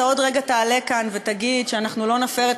אתה עוד רגע תעלה כאן ותגיד שאנחנו לא נפר את